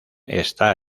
está